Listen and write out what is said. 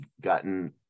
gotten